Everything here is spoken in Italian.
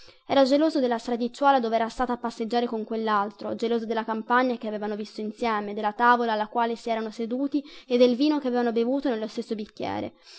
era geloso della stradicciuola dove era stata a passeggiare con quellaltro geloso della campagna che avevano vista insieme della tavola alla quale serano seduti e del vino che avevano bevuto nello stesso bicchiere